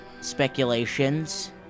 speculations